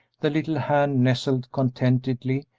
the little hand nestled contentedly,